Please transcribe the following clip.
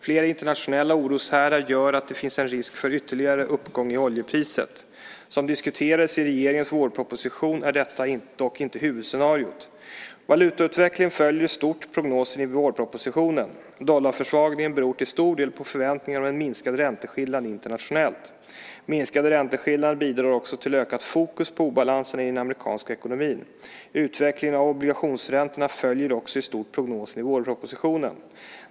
Flera internationella oroshärdar gör att det finns en risk för ytterligare uppgång i oljepriset. Som diskuterades i regeringens vårproposition är detta dock inte huvudscenariot. Valutautvecklingen följer i stort prognosen i vårpropositionen. Dollarförsvagningen beror till stor del på förväntningar om en minskad ränteskillnad internationellt. Minskade ränteskillnader bidrar också till ökat fokus på obalanserna i den amerikanska ekonomin. Utvecklingen av obligationsräntorna följer också i stort prognosen i vårpropositionen.